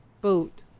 boot